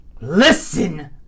Listen